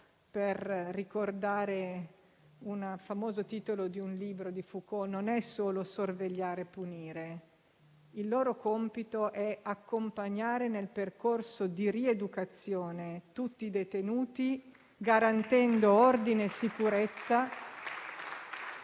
per ricordare il titolo di un famoso libero di Foucault - non è solo sorvegliare e punire, ma è anche accompagnare nel percorso di rieducazione tutti i detenuti garantendo ordine e sicurezza